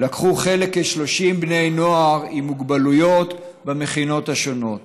לקחו חלק כ-30 בני נוער עם מוגבלויות במכינות השונות.